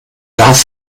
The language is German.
darf